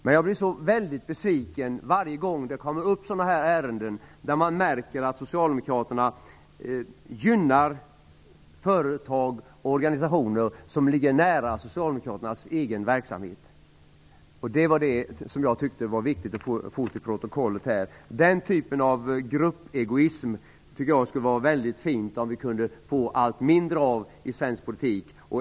Men jag blir så väldigt besviken varje gång det kommer upp sådana här ärenden, där man märker att socialdemokraterna gynnar företag och organisationer som ligger nära socialdemokraternas egen verksamhet. Jag tyckte att det var viktigt att få detta taget till protokollet i detta sammanhang. Den typen av gruppegoism tycker jag att det skulle vara väldigt fint om vi kunde få allt mindre av i svensk politik.